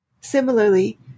Similarly